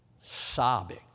sobbing